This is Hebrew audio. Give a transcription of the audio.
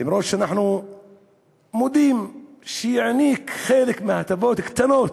אף שאנחנו מודים, שיעניק חלק מההטבות, קטנות,